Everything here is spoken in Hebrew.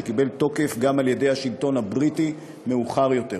שקיבל תוקף גם על ידי השלטון הבריטי מאוחר יותר.